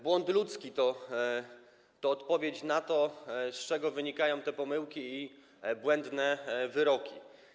Błąd ludzki to odpowiedź na to, z czego wynikają te pomyłki i błędne wyroki.